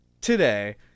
Today